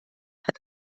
hat